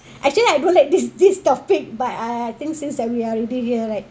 actually I don't like this this topic but I think since that we are already here right